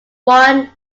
one